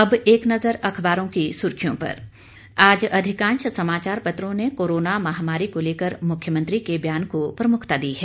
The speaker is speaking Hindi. और अब एक नज़र अख़बारों की सुर्खियां पर आज अधिकांश समाचार पत्रों ने कोरोना महामारी को लेकर मुख्यमंत्री के बयान को प्रमुखता दी है